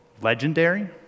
Legendary